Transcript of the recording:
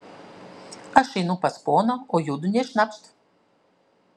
aš einu pas poną o judu nė šnapšt